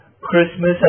Christmas